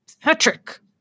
Patrick